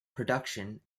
production